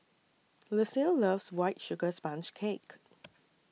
Lucille loves White Sugar Sponge Cake